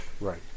Right